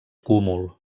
cúmul